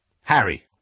Harry